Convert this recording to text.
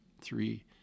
three